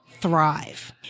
thrive